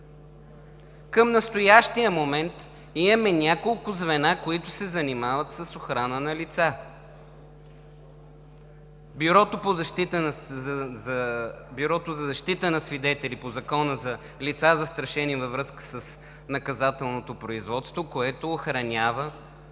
Към настоящия момент имаме няколко звена, които се занимават с охрана на лица. Бюрото за защита на свидетели по Закона за лицата, застрашени във връзка с наказателното производство, охранява